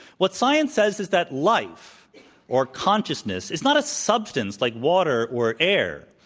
what science says is that life or consciousness is not a substance like water or air.